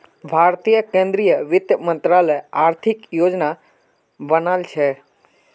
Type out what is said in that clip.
भारतीय केंद्रीय वित्त मंत्रालय आर्थिक योजना बना छे